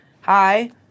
hi